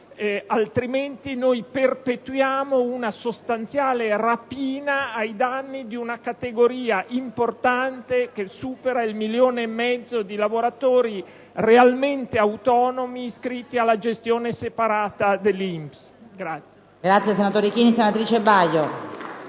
Altrimenti, noi perpetuiamo una sostanziale rapina ai danni di una categoria importante, che supera il milione e mezzo di lavoratori realmente autonomi iscritti alla gestione separata dell'INPS.